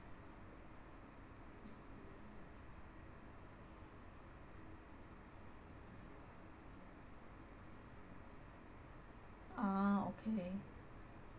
ah okay